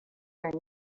are